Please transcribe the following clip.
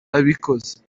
abikoze